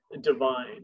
divine